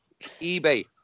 Ebay